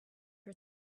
her